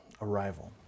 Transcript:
arrival